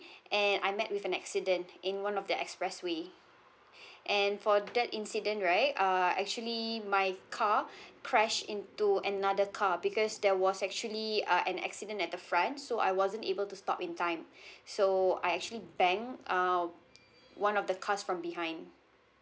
and I met with an accident in one of the expressway and for that incident right uh actually my car crashed into another car because there was actually uh an accident at the front so I wasn't able to stop in time so I actually bang uh one of the cars from behind